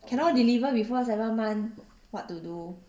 cannot deliver before seven month what to do